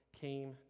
came